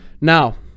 Now